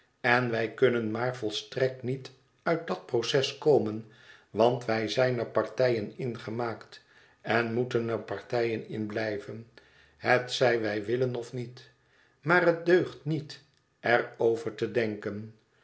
en wij kunnen maar volstrekt niet uit dat proces komen want wij zijn er partijen in gemaakt en moeten er partijen in blijven hetzij wij willen of niet maar het deugt niet er over te denken